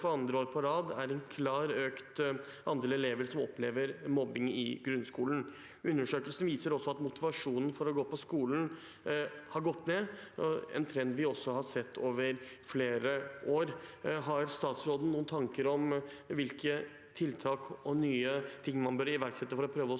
for andre år på rad er en klar økning i andel elever som opplever mobbing i grunnskolen. Undersøkelsen viser også at motivasjonen for å gå på skolen har gått ned, en trend vi har sett over flere år. Har statsråden noen tanker om hvilke tiltak og nye ting man bør iverksette for å prøve å